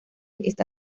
está